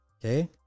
okay